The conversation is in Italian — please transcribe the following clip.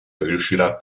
riuscirà